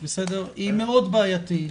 בעייתית.